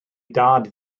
dad